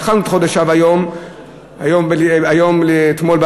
והתחלנו את חודש אב אתמול בלילה,